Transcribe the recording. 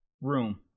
room